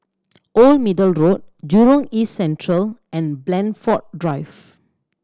Old Middle Road Jurong East Central and Blandford Drive